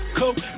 coke